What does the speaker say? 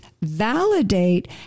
validate